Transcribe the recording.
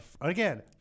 again –